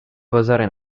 causare